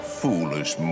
foolish